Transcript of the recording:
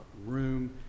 room